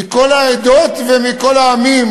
מכל העדות ומכל העמים,